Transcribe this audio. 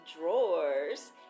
drawers